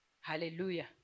Hallelujah